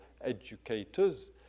educators